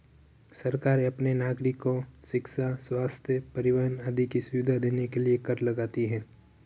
सरकारें अपने नागरिको शिक्षा, स्वस्थ्य, परिवहन आदि की सुविधाएं देने के लिए कर लगाती हैं